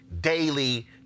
daily